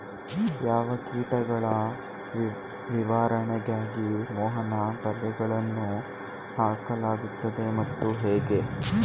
ಯಾವ ಕೀಟಗಳ ನಿವಾರಣೆಗಾಗಿ ಮೋಹನ ಬಲೆಗಳನ್ನು ಹಾಕಲಾಗುತ್ತದೆ ಮತ್ತು ಹೇಗೆ?